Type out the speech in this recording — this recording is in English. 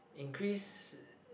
increase